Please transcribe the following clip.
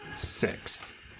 Six